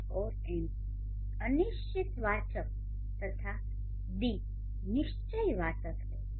'ए' और 'एन' अनिश्चयवाचक तथा 'दि' निश्चयवाचक हैं